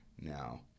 now